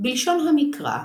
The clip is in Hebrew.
בלשון המקרא,